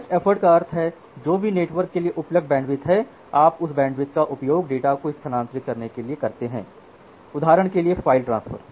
best effort का अर्थ है जो भी नेटवर्क के लिए उपलब्ध बैंडविड्थ है आप उस बैंडविड्थ का उपयोग डेटा को स्थानांतरित करने के लिए करते हैं उदाहरण के लिए फ़ाइल ट्रांसफर